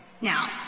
Now